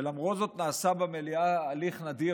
ולמרות זאת נעשה במליאה הליך נדיר,